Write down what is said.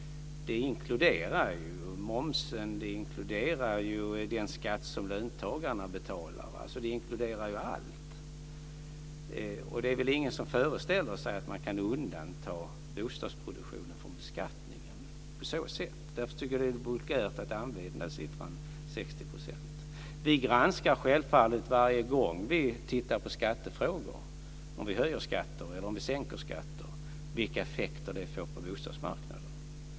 Det inkluderar ju momsen. Det inkluderar den skatt som löntagarna betalar. Det inkluderar allt. Det är väl ingen som föreställer sig att man kan undanta bostadsproduktionen från beskattningen på så sätt. Därför tycker jag att det är vulgärt att använda siffran Vi granskar självfallet varje gång vi tittar på skattefrågor, om vi höjer skatter eller sänker skatter, vilka effekter de får på bostadsmarknaden.